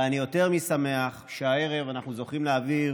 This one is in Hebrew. ואני יותר משמח שהערב אנחנו זוכים להעביר